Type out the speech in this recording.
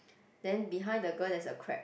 then behind the girl there's a crab